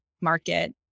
market